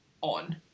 on